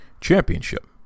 Championship